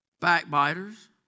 Backbiters